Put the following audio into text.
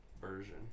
version